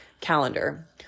calendar